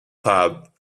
pub